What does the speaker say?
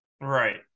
right